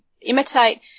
imitate